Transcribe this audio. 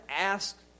ask